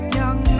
young